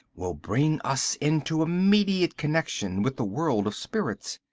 will bring us into immediate connection with the world of spirits.